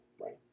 right